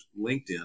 LinkedIn